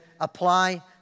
apply